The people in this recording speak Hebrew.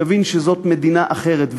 יבין שזאת מדינה אחרת.